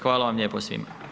Hvala vam lijepo svima.